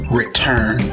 return